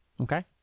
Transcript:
Okay